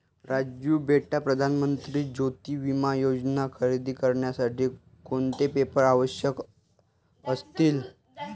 राजू बेटा प्रधान मंत्री ज्योती विमा योजना खरेदी करण्यासाठी कोणते पेपर आवश्यक असतील?